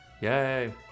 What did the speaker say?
yay